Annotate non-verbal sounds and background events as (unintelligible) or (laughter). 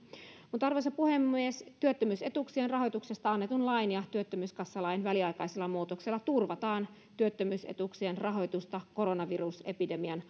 arvoisa puhemies työttömyysetuuksien rahoituksesta annetun lain ja työttömyyskassalain väliaikaisella muutoksella turvataan työttömyysetuuksien rahoitusta koronavirusepidemian (unintelligible)